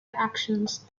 actions